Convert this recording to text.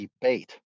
debate